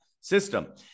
system